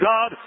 God